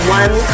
one